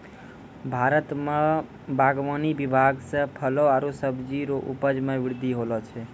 भारत मे बागवानी विभाग से फलो आरु सब्जी रो उपज मे बृद्धि होलो छै